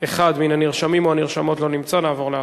אחד מהנרשמים או הנרשמות לא נמצא, נעבור להצבעה.